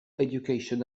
education